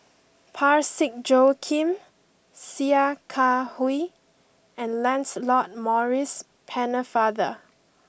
Parsick Joaquim Sia Kah Hui and Lancelot Maurice Pennefather